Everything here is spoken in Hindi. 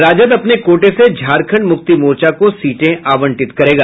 राजद अपने कोटे से झारंखड मुक्ति मोर्चा को सीटें आवंटित करेगा